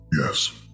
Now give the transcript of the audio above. Yes